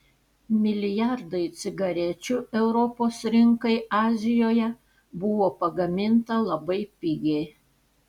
milijardai cigarečių europos rinkai azijoje buvo pagaminta labai pigiai